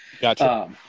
Gotcha